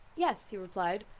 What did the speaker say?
yes, he replied,